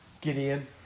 Gideon